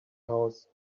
house